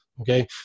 Okay